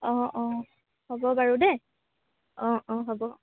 অঁ অঁ হ'ব বাৰু দেই অঁ অঁ হ'ব